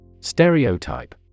Stereotype